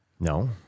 No